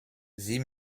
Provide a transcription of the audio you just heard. sie